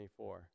24